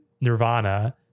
nirvana